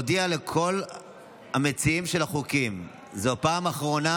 תודיעו לכל המציעים של החוקים שזאת הפעם האחרונה